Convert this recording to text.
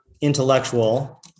intellectual